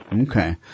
Okay